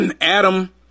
Adam